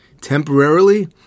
temporarily